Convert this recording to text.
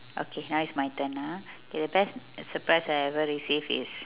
okay now is my turn ah the best surprise I ever received is